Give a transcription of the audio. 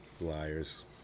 liars